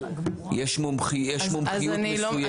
יש מומחיות מסוימת.